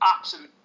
absolute